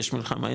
אין מלחמה,